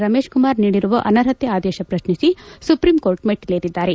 ರಮೇಶ್ ಕುಮಾರ್ ನೀಡಿರುವ ಅನರ್ಹತೆ ಆದೇಶ ಪ್ರಶ್ನಿಲಿ ಸುಪ್ರೀಂಕೋರ್ಬ್ ಮೆಟ್ಟಲೇಲಿದ್ದಾರೆ